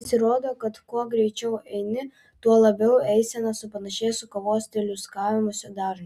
pasirodo kad kuo greičiau eini tuo labiau eisena supanašėja su kavos teliūskavimosi dažniu